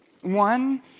one